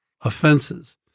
offenses